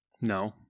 No